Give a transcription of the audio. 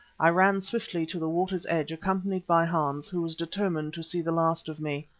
i ran swiftly to the water's edge, accompanied by hans, who was determined to see the last of me.